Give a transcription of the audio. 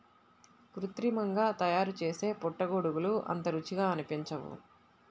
కృత్రిమంగా తయారుచేసే పుట్టగొడుగులు అంత రుచిగా అనిపించవు